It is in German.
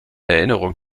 erinnerung